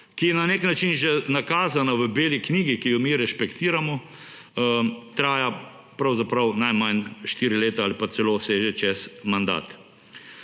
ki je na nek način že nakazana v beli knjigi, ki jo mi rešpektiramo, traja pravzaprav najmanj 4 leta ali pa celo seže čez mandat.